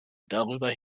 darüber